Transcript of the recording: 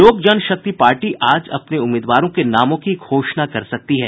लोक जन शक्ति पार्टी आज अपने उम्मीदवारों के नामों की घोषणा कर सकती है